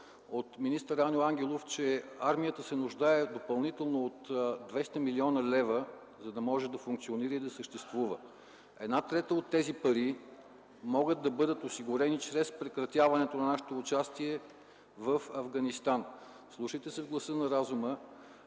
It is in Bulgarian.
от министър Аню Ангелов, че армията се нуждае допълнително от 200 млн. лв., за да може да функционира и да съществува. Една трета от тези пари могат да бъдат осигурени чрез прекратяването на нашето участие в Афганистан. Вслушайте се в гласа на разума!